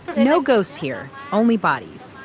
no ghosts here, only bodies.